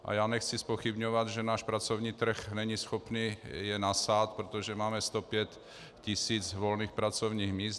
A já nechci zpochybňovat, že náš pracovní trh není schopný je nasát, protože máme 105 tis. volných pracovních míst.